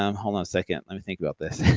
um hold on a second, let me think about this.